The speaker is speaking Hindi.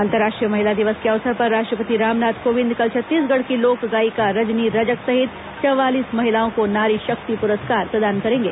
अंतर्राष्ट्रीय महिला दिवस के अवसर पर राष्ट्रपति रामनाथ कोविंद कल छत्तीसगढ़ की लोक गायिका रजनी रजक सहित चवालीस महिलाओं को नारी शक्ति पुरस्कार प्रदान करेंगे